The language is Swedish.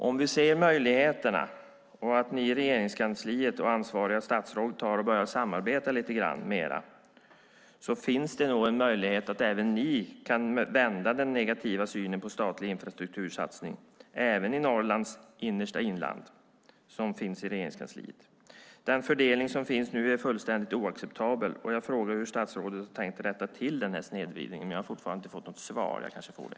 Om vi ser möjligheterna och om ansvariga statsråd i Regeringskansliet börjar samarbeta lite mer finns det en möjlighet att även ni kan vända den negativa synen på statliga infrastruktursatsningar i Norrlands innersta inland som finns i Regeringskansliet. Den fördelning som finns nu är fullständigt oacceptabel. Jag har frågat hur statsrådet har tänkt rätta till denna snedvridning, men jag har fortfarande inte fått något svar. Jag kanske får det.